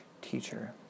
teacher